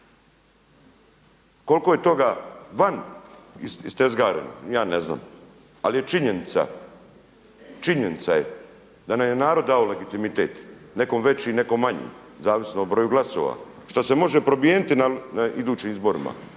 Koliko je toga van iztezgareno? Ne znam, ali je činjenica je da nam je narod dao legitimitet, nekom veći, nekom manji zavisno o broju glasova što se može promijeniti na idućim izborima.